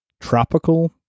tropical